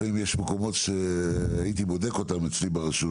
לפעמים יש מקומות שהייתי בודק אותם אצלי ברשות,